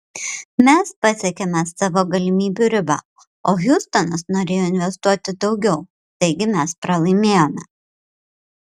mes pasiekėme savo galimybių ribą o hjustonas norėjo investuoti daugiau taigi mes pralaimėjome